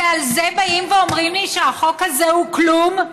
ועל זה באים ואומרים לי שהחוק הזה הוא כלום?